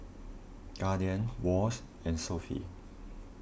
Guardian Wall's and Sofy